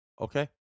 Okay